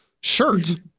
shirt